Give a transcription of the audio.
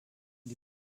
die